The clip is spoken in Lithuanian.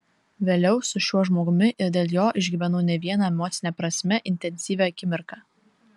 vėliau su šiuo žmogumi ir dėl jo išgyvenau ne vieną emocine prasme intensyvią akimirką